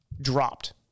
dropped